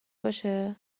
باشه